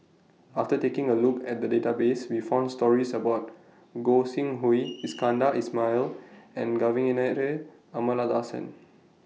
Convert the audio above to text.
after taking A Look At The Database We found stories about Gog Sing Hooi Iskandar Ismail and Kavignareru Amallathasan